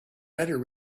better